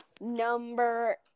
number